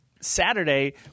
Saturday